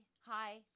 hi